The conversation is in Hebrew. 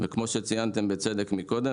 וכמו שציינתם בצדק קודם,